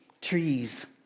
trees